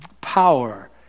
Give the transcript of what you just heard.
power